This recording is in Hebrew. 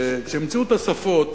כשהמציאו את השפות